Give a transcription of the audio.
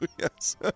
Yes